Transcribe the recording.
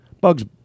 Bugs